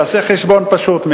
תעשה חשבון פשוט,